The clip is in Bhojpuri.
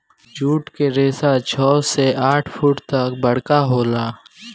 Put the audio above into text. जुट के रेसा छव से आठ फुट तक बरका होला